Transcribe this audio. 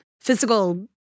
physical